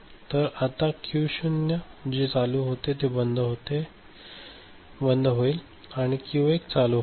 तर आता क्यू 0 जे चालू होते ते बंद होते आणि क्यू 1 चालू होईल